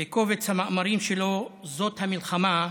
בקובץ המאמרים שלו "זאת המלחמה",